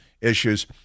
issues